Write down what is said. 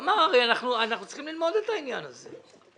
אמר: אנחנו צריכים ללמוד את העניין הזה.